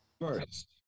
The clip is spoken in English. first